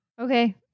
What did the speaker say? Okay